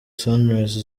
sunrise